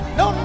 no